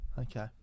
okay